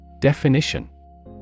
Definition